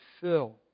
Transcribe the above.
fill